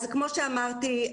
כמו שאמרתי,